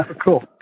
Cool